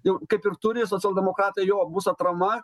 jau kaip ir turi socialdemokratai jo bus atrama